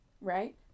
right